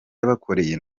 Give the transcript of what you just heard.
yabakoreye